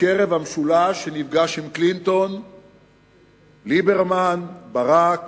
מקרב המשולש שנפגש עם קלינטון, ליברמן, ברק